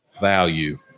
value